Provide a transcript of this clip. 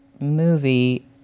movie